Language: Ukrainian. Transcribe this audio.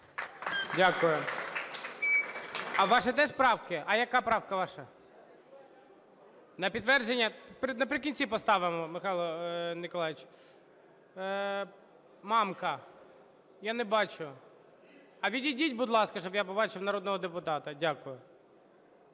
Дякую. А ваші теж правки? А яка правка ваша? Наприкінці поставимо, Михайло Миколайович. Мамка. Я не бачу. А відійдіть, будь ласка, щоб я побачив народного депутата. Дякую.